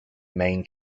main